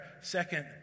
second